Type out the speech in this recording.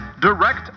direct